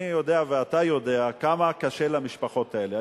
אני יודע ואתה יודע כמה קשה למשפחות האלה.